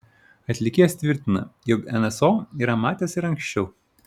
atlikėjas tvirtina jog nso yra matęs ir anksčiau